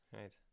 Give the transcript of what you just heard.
right